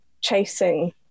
chasing